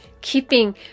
keeping